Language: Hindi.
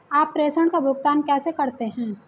आप प्रेषण का भुगतान कैसे करते हैं?